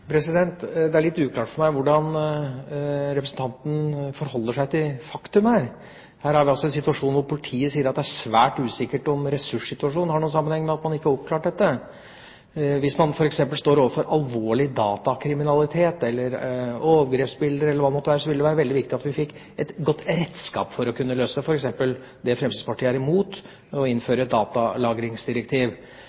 Det er litt uklart for meg hvordan representanten forholder seg til faktum her. Her har vi altså en situasjon hvor politiet sier at det er svært usikkert om ressursbruken har noen sammenheng med at man ikke har oppklart dette. Hvis man står overfor alvorlig datakriminalitet, overgrepsbilder eller hva det måtte være, ville det være veldig viktig at vi fikk et godt redskap for å kunne løse det, f.eks. det Fremskrittspartiet er imot å